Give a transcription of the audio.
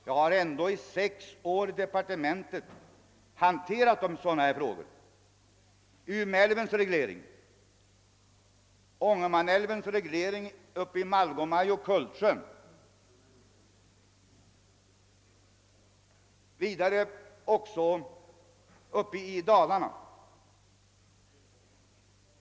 Jag har under sex år i departementet handlagt sådana här frågor, t.ex. Umeälvens reglering, Ångermanälvens reglering i Malgomaj och Kultsjön.